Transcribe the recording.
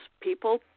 people